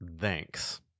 Thanks